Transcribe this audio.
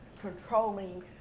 controlling